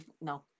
no